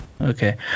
Okay